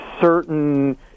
certain